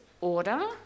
order